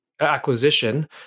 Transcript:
acquisition